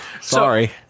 sorry